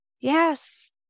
Yes